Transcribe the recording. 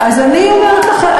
אז אני אומרת לכם,